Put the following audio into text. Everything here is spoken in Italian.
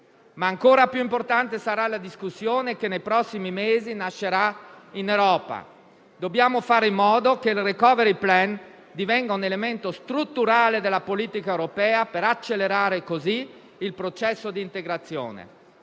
Ancora più importante sarà però la discussione che nei prossimi mesi nascerà in Europa. Dobbiamo fare in modo che il *recovery plan* diventi un elemento strutturale della politica europea per accelerare così il processo di integrazione.